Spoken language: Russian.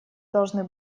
должны